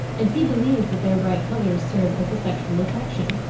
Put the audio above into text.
and he believes that their bright colours serve as a sexual attraction.